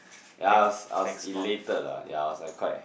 ya I was I was elated lah ya I was like quite